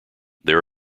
there